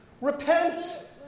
repent